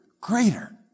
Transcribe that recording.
greater